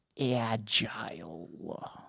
Agile